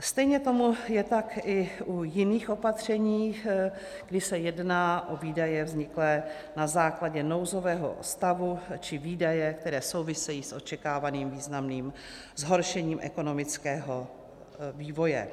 Stejně tak tomu je i u jiných opatření, kdy se jedná o výdaje vzniklé na základě nouzového stavu či výdaje, které souvisejí s očekávaným významným zhoršením ekonomického vývoje.